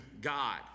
God